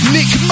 Nick